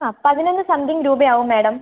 ആ പതിനൊന്ന് സംതിംഗ് രൂപ ആവും മാഡം